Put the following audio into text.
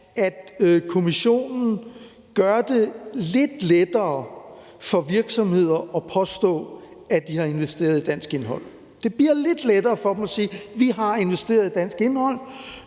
at Kommissionen gør det lidt lettere for virksomheder at påstå, at de har investeret i dansk indhold. Det bliver lidt lettere for dem at sige: Vi har investeret i dansk indhold.